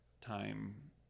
time